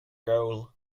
goal